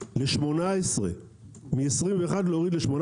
מ-21 ל-18.